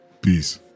Peace